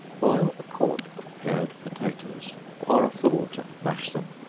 boil a quart of pared potatoes pour off the water, mash them,